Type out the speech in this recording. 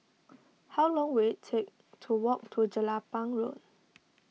how long will it take to walk to Jelapang Road